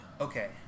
Okay